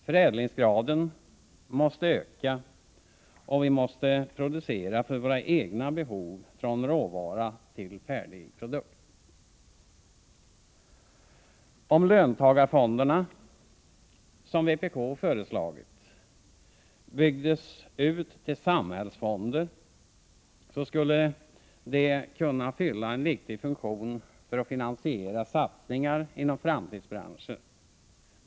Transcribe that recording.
Förädlingsgraden måste öka, och vi måste producera för våra egna behov från råvara till färdig produkt. Om löntagarfonderna byggdes ut till, som vpk föreslagit, samhällsfonder skulle de kunna fylla en viktig funktion när det gäller att finansiera satsningar inom framtidsbranscher.